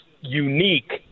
unique